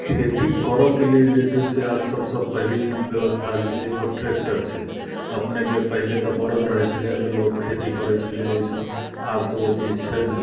खेती करयके लेल जे छै से आब सभसँ पहिल व्यवस्था जे छै ओ ट्रैक्टर छै अपनेके पहिले तऽ बड़द रहैत छलैए तऽ लोक खेती करैत छलैए ओहिसँ आब तऽ ओ चीज छै नहि